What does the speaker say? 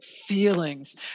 Feelings